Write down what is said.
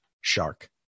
shark